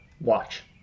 watch